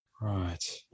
Right